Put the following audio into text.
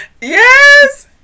Yes